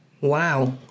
Wow